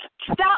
Stop